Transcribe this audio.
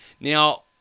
Now